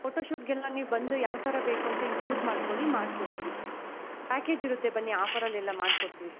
photo ಶೂಟಿಗೆಲ್ಲ ನೀವು ಬಂದು ಯಾವ ಥರ ಬೇಕು ಅಂತ ಇಲ್ಲಿ ಚೂಸ್ ಮಾಡಿಕೊಳ್ಳಿ ಮಾಡಿಕೊಡ್ತೀವಿ ಪ್ಯಾಕೇಜ್ ಇರುತ್ತೆ ಬನ್ನಿ ಆಫರಲೆಲ್ಲಾ ಮಾಡಿಕೊಡ್ತೀವಿ